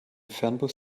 fernbus